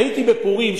הייתי בפורים,